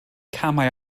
camau